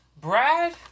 Brad